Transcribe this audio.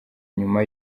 nyuma